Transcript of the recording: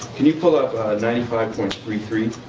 can you pull up ninety five point three three?